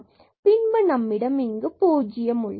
பின்பு நம்மிடம் பூஜ்ஜியம் உள்ளது